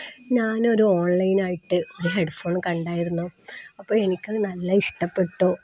ഞാനൊരു ഓൺലൈനായിട്ട് ഒരു ഹെഡ്ഫോൺ കണ്ടായിരുന്നു അപ്പോള് എനിക്കത് നല്ല ഇഷ്ടപ്പെട്ടു